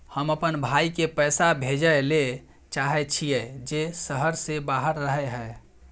हम अपन भाई के पैसा भेजय ले चाहय छियै जे शहर से बाहर रहय हय